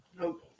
Nope